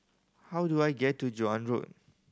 how do I get to Joan Road